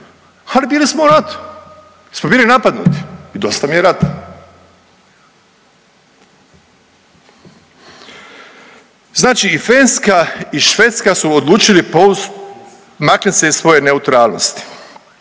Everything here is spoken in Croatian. ali bilo smo u ratu. Jesmo bili napadnuti i dosta mi je rata. Znači i Finska i Švedska su odlučili maknut se iz svoje neutralnosti.